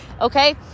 okay